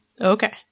Okay